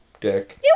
dick